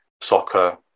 soccer